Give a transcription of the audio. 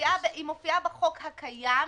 היא מופיעה בחוק הקיים.